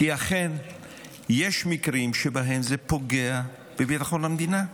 כי אכן יש מקרים שבהם זה פוגע בביטחון המדינה.